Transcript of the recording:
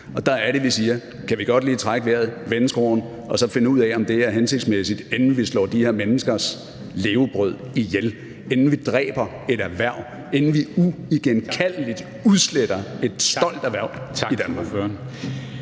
og der er det, vi siger: Kan vi godt lige trække vejret, vende skråen og så finde ud af, om det er hensigtsmæssigt, inden vi slår de her menneskers levebrød ihjel, inden vi dræber et erhverv, inden vi uigenkaldeligt udsletter et stolt erhverv i Danmark?